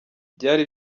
byari